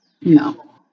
No